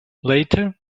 later